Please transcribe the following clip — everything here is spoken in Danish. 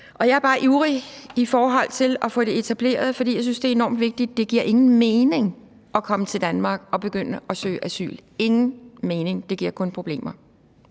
Jeg er bare ivrig efter at få det etableret, fordi jeg synes, det er enormt vigtigt. Det giver ingen mening at komme til Danmark og begynde at søge asyl. Det giver ingen mening – kun problemer.